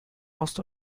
ost